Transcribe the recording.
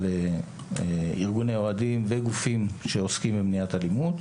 לארגוני אוהדים וגופים שעוסקים במניעת אלימות.